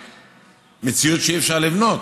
ומציאות שאי-אפשר לבנות.